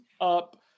up